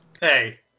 Hey